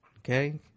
Okay